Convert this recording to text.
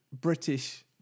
British